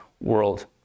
world